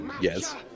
Yes